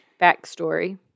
Backstory